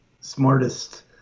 smartest